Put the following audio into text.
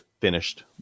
finished